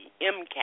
MCAT